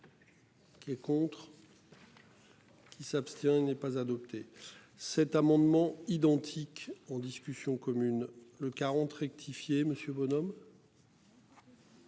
qui est pour. Contre. Qui s'abstient. Il n'est pas adopté cet amendement identique en discussion commune le 40 rectifier Monsieur